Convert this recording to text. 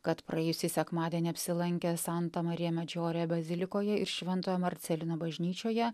kad praėjusį sekmadienį apsilankė santa marija medžiore bazilikoje ir šventojo marcelino bažnyčioje